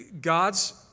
God's